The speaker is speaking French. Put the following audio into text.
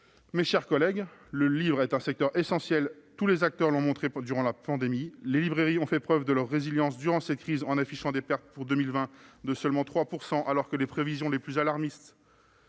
Mes chers collègues, le livre est un secteur essentiel, tous les acteurs l'ont montré durant la pandémie. Les librairies ont fait preuve de leur résilience durant cette crise en affichant des pertes pour 2020 de seulement 3 % alors que les prévisions les plus alarmistes